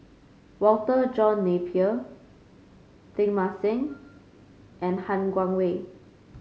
Walter John Napier Teng Mah Seng and Han Guangwei